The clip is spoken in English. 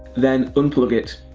then unplug it.